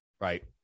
right